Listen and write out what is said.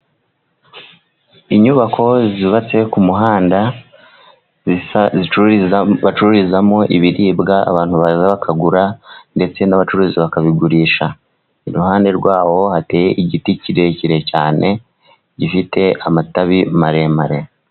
Inyubako zubatse ku muhanda, bacururizamo ibiribwa abantu baza bakagura, ndetse n'abacuruzi bakabigurisha. Iruhande rwaho hateye igiti kirekire cyane, gifite amatabi maremare.